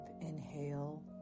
inhale